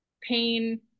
Pain